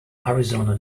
arizona